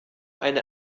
eine